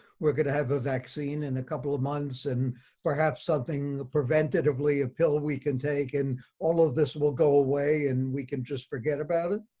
we're going to have a vaccine in a couple of months and perhaps something preventatively, a pill we can take, and all of this will go away and we can just forget about it?